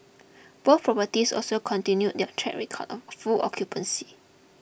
both properties also continued their track record of full occupancy